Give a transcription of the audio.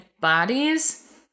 bodies